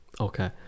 Okay